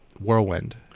whirlwind